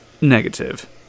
negative